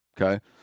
Okay